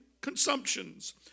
consumptions